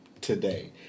today